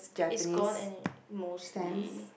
is gone and it's mostly